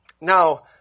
Now